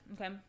Okay